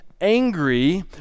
angry